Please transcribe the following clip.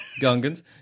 Gungans